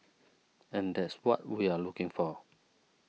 and that's what we're looking for